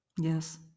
Yes